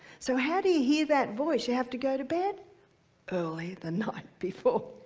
so how do you hear that voice? you have to go to bed early the night before.